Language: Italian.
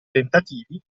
tentativi